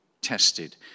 tested